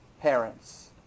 parents